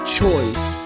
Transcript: choice